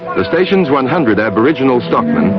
the station's one hundred aboriginal stockmen,